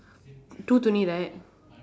two right